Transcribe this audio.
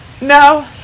No